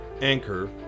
Anchor